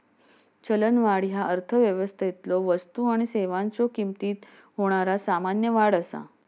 चलनवाढ ह्या अर्थव्यवस्थेतलो वस्तू आणि सेवांच्यो किमतीत होणारा सामान्य वाढ असा